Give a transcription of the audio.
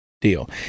deal